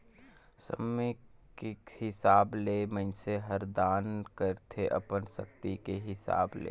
समे के हिसाब ले मइनसे हर दान करथे अपन सक्ति के हिसाब ले